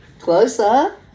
closer